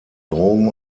drogen